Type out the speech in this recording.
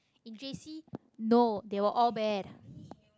in J_C no they were all bad